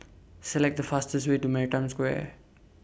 Select The fastest Way to Maritime Square